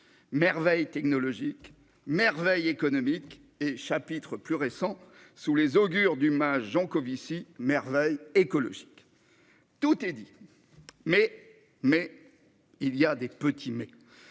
merveille technologique, une merveille économique et, chapitre plus récent, sous les augures du mage Jancovici, une merveille écologique. Tout est dit, mais il reste de petits « mais